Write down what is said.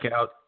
out